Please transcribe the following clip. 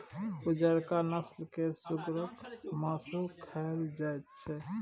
उजरका नस्ल केर सुगरक मासु खाएल जाइत छै